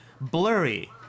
Blurry